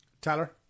Tyler